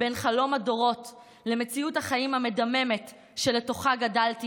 בין חלום הדורות למציאות החיים המדממת שלתוכה גדלתי